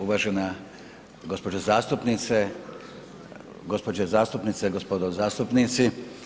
Uvažena gđo. zastupnice, gospođe zastupnici, gospodo zastupnici.